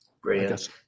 great